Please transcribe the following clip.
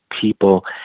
people